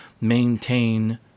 maintain